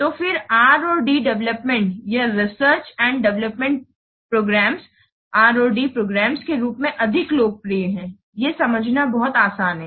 तो फिर R और D डेवलपमेंट या रिसर्च और डेवलपमेंट प्रोग्राम्स R और D प्रोग्राम्स के रूप में अधिक लोकप्रिय हैं ये समझना बहुत आसान है